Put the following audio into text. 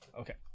Okay